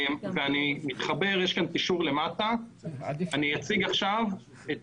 אני מתחבר לקישור למטה ואציג עכשיו את